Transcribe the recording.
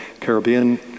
Caribbean